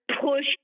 push